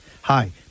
Hi